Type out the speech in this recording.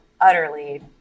utterly